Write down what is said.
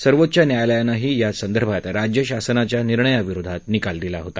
सर्वोच्च न्यायालयानंही या संदर्भात राज्य शासनाच्या निर्णयाविरोधात निकाल दिला होता